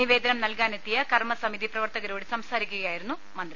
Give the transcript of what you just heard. നിവേദനം നൽകാനെത്തിയ കർമ്മ സമിതി പ്രവർത്തകരോട് സംസാരിക്കുകയായിരുന്നു മന്ത്രി